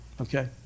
okay